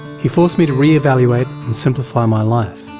he forced me to re-evaluate and simplify my life.